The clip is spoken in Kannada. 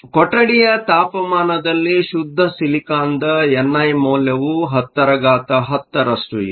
ಕೊಠಡಿಯ ತಾಪಮಾನದಲ್ಲಿ ಶುದ್ಧ ಸಿಲಿಕಾನ್ದ ಎನ್ ಐ ಮೌಲ್ಯವು1010 ರಷ್ಟು ಇದೆ